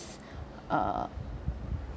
err